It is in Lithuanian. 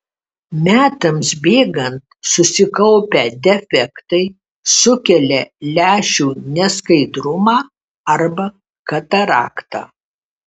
metams bėgant susikaupę defektai sukelia lęšių neskaidrumą arba kataraktą